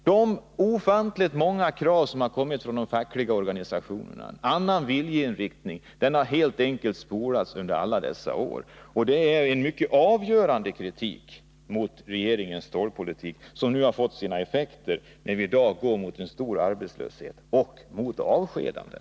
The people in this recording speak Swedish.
De ofantligt många krav som har kommit från de fackliga organisationerna om en annan viljeinriktning har helt enkelt spolats. Effekterna av regeringens stålpolitik ser vi nu, när vi går mot stor arbetslöshet och avskedanden.